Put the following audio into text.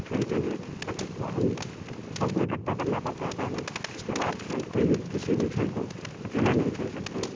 खेल के लिए हम सबको इकट्ठा करना पड़ता है पहले इसके बाद खेल कोई भी किसी भी खेल को अकेला नहीं खेल सकते हैं